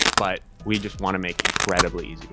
but we just want to make incredibly